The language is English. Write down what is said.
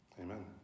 Amen